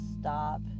stop